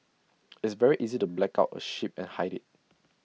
it's very easy to black out A ship and hide IT